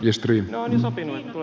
ärade talman